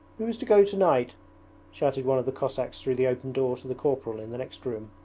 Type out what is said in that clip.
who is to go tonight shouted one of the cossacks through the open door to the corporal in the next room.